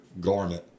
garment